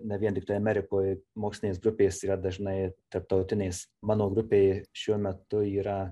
ne vien tiktai amerikoj mokslinės grupės yra dažnai tarptautinės mano grupėj šiuo metu yra